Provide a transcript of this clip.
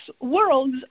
worlds